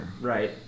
Right